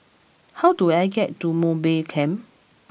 how do I get to Mowbray Camp